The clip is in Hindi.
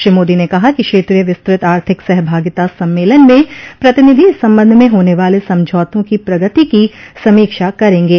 श्री मोदी ने कहा कि क्षेत्रीय विस्तृत आर्थिक सहभागिता सम्मेलन में प्रतिनिधि इस संबंध में होने वाले समझौतों की प्रगति की समीक्षा करेंगे